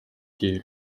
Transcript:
deal